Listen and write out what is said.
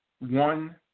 One